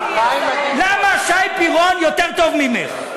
למה שי פירון יותר טוב ממך?